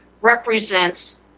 represents